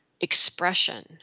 expression